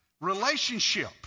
relationship